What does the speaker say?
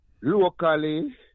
locally